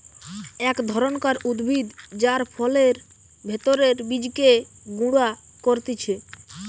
এক ধরণকার উদ্ভিদ যার ফলের ভেতরের বীজকে গুঁড়া করতিছে